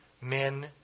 men